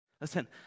Listen